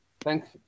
Thanks